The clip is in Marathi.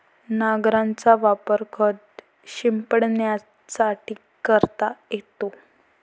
नांगराचा वापर खत शिंपडण्यासाठी करता येतो